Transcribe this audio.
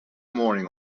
morning